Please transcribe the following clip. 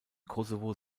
kosovo